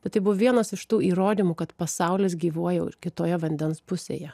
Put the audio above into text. bet tai buvo vienas iš tų įrodymų kad pasaulis gyvuoja kitoje vandens pusėje